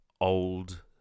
old